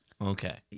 Okay